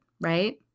Right